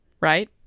right